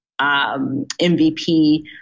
MVP